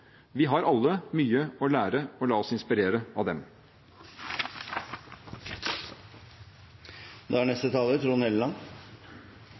Vi har alle mye å lære – la oss inspireres av dem. Jeg er